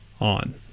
on